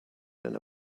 than